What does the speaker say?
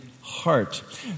heart